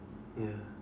ya